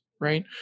right